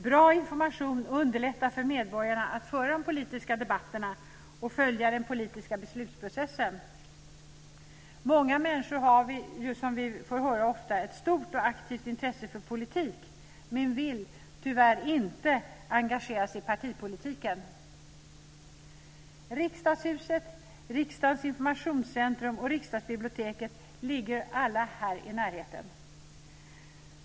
Bra information underlättar för medborgarna att föra de politiska debatterna och följa den politiska beslutsprocessen. Många människor har som vi ofta får höra ett stort och aktivt intresse för politik, men de vill tyvärr inte engagera sig i partipolitiken. Riksdagshuset, riksdagens informationscentrum och Riksdagsbiblioteket ligger alla här i närheten.